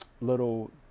little